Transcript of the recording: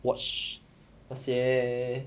watch 那些